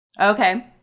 okay